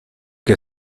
que